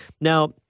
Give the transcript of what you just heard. Now